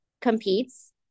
competes